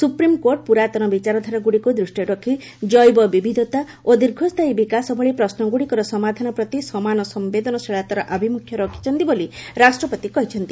supreme court ପୁରାତନ ବିଚାରଧାରାଗୁଡିକୁ ଦୃଷ୍ଟିରେ ରଖି ଜୈବବିବିଧତା ଓ ଦୀର୍ଘସ୍ଥାୟୀ ବିକାଶ ଭଳି ପ୍ରଶ୍ନଗୁଡିକର ସମାଧାନ ପ୍ରତି ସମାନ ସମ୍ପେଦନଶୀଳତାର ଆଭିମୁଖ୍ୟ ରଖିଛନ୍ତି ବୋଲି ରାଷ୍ଟ୍ରପତି କହିଛନ୍ତି